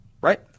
right